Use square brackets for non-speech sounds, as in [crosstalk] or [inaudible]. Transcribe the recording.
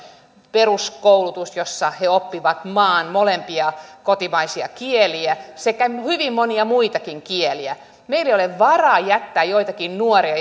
peruskoulutus jossa he oppivat maan molempia kotimaisia kieliä sekä hyvin monia muitakin kieliä meillä ei ole varaa jättää joitakin nuoria [unintelligible]